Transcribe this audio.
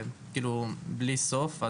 בלי סוף.